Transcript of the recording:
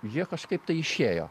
jie kažkaip tai išėjo